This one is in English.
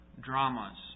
dramas